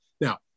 Now